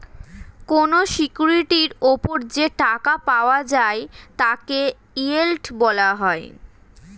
কোন সিকিউরিটির উপর যে টাকা পাওয়া যায় তাকে ইয়েল্ড বলা হয়